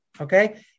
okay